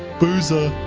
busey